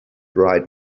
right